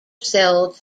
cell